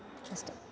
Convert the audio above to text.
ಅಷ್ಟೇ